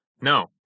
No